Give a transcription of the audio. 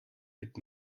mit